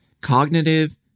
Cognitive